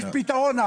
יש פתרון.